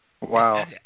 Wow